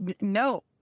no